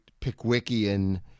Pickwickian